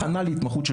הכנה להתמחות,